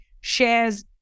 shares